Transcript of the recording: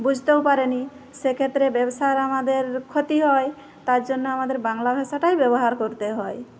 বুঝতেও পারে নি সেক্ষেত্রে ব্যবসার আমাদের ক্ষতি হয় তার জন্য আমাদের বাংলা ভাষাটাই ব্যবহার করতে হয়